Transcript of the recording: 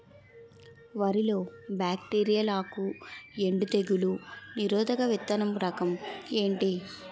వరి లో బ్యాక్టీరియల్ ఆకు ఎండు తెగులు నిరోధక విత్తన రకం ఏంటి?